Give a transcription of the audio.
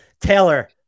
Taylor